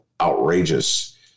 outrageous